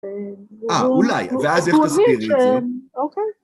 אולי, ואז איך תסבירי את זה.